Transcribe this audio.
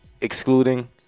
excluding